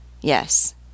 Yes